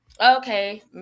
Okay